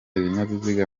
ibinyabiziga